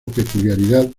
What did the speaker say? peculiaridad